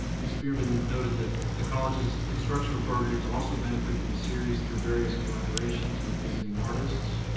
ms. behrmann noted that the college's instructional programs also benefit from the series through various collaborations with visiting artists.